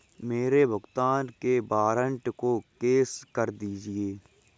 मेरे भुगतान के वारंट को कैश कर दीजिए